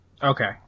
Okay